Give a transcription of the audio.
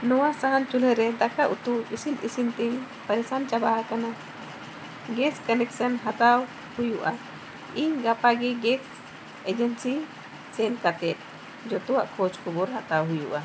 ᱱᱚᱣᱟ ᱥᱟᱦᱟᱱ ᱪᱩᱞᱦᱟᱹ ᱨᱮ ᱫᱟᱠᱟ ᱩᱛᱩ ᱤᱥᱤᱱ ᱤᱥᱤᱱ ᱛᱤᱧ ᱯᱟᱨᱤᱥᱟᱢ ᱪᱟᱵᱟ ᱟᱠᱟᱱᱟ ᱜᱮᱥ ᱠᱟᱱᱮᱠᱥᱮᱱ ᱦᱟᱛᱟᱣ ᱦᱩᱭᱩᱜᱼᱟ ᱤᱧ ᱜᱟᱯᱟ ᱜᱮᱥ ᱮᱡᱮᱱᱥᱤ ᱥᱮᱱ ᱠᱟᱛᱮ ᱡᱚᱛᱚᱣᱟᱜ ᱠᱷᱚᱡᱽ ᱠᱷᱚᱵᱚᱨ ᱦᱟᱛᱟᱣ ᱦᱩᱭᱩᱜᱼᱟ